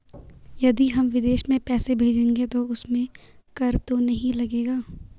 यदि हम विदेश में पैसे भेजेंगे तो उसमें कर तो नहीं लगेगा?